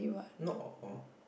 not all